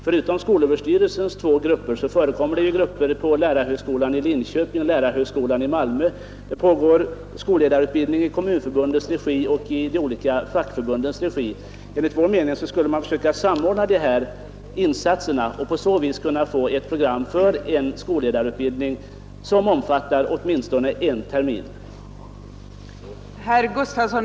Förutom skolöverstyrelsens två grupper förekommer grupper vid lärarhögskolan i Linköping och lärarhögskolan i Malmö. Det pågår skolledarutbildning i Kommunförbundets regi och i de olika fackförbundens regi. Enligt vår mening borde man försöka samla dessa insatser och på så vis kunna få ett program för en skolledarutbildning som omfattar åtminstone en termin.